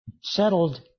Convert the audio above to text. settled